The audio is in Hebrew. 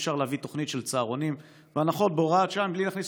אי-אפשר להביא תוכנית של צהרונים והנחות בהוראת שעה בלי להכניס